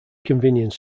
convenience